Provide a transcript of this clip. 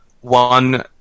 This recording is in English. one